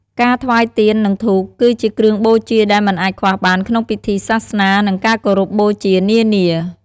ការថ្វាយទៀន និងធូបគឺជាគ្រឿងបូជាដែលមិនអាចខ្វះបានក្នុងពិធីសាសនា និងការគោរពបូជានានា។